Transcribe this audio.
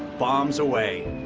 bombs away.